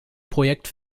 projekt